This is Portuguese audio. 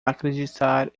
acreditar